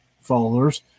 followers